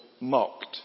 mocked